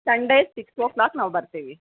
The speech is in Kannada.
ಸಂಡೇ ಸಿಕ್ಸ್ ಓ ಕ್ಲಾಕ್ಗೆ ನಾವು ಬರ್ತೀವಿ